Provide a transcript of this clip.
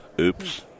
Oops